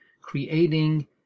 creating